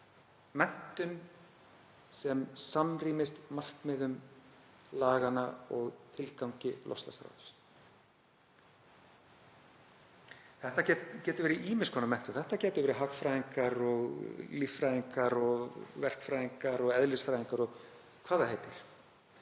menntun sem samrýmist markmiðum laganna og tilgangi loftslagsráðs. Þetta getur verið ýmiss konar menntun, þetta gætu verið hagfræðingar, líffræðingar, verkfræðingar og eðlisfræðingar og hvað það heitir.